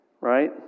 Right